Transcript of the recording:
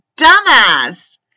dumbass